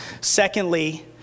Secondly